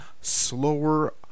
slower